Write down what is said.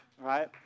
right